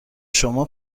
شما